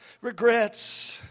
regrets